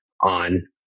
on